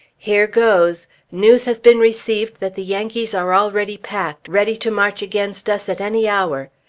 here goes! news has been received that the yankees are already packed, ready to march against us at any hour.